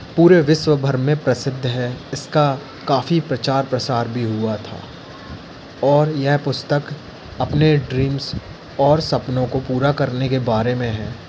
पूरे विश्व भर में प्रसिद्ध है इसका काफ़ी प्रचार प्रसार भी हुआ था और यह पुस्तक अपने ड्रीम्स और सपनों को पूरा करने के बारे में है